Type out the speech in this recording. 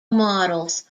models